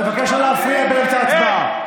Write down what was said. אני מבקש לא להפריע באמצע ההצבעה.